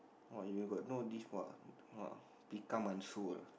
!wah! you got no this !wah! !wah! become unsure